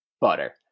butter